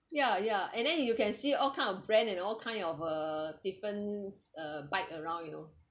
ya ya and then you can see all kind of brand and all kind of uh difference uh bike around you know